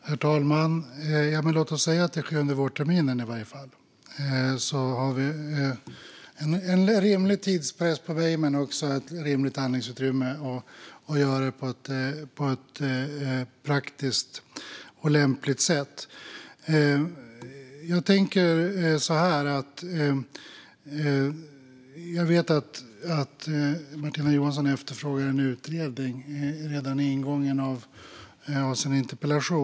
Herr talman! Låt oss säga att det kommer att ske under vårterminen, så har vi en rimlig tidspress på mig men också ett rimligt handlingsutrymme att göra detta på ett praktiskt lämpligt sätt. Martina Johansson efterfrågar i sin interpellation en utredning.